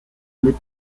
mit